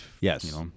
Yes